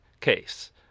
case